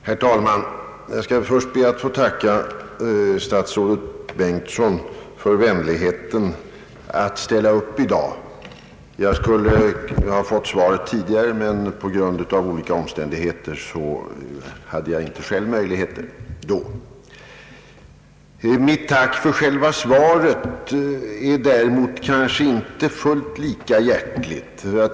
Herr talman! Jag ber först att få tacka statsrådet Bengtsson för hans vänlighet att ställa upp här i dag. Jag skulle ha fått svaret tidigare men på grund av olika omständigheter hade jag då inte möjlighet att ta emot det. Mitt tack för självå svaret är däremot kanske inte fullt lika hjärtligt.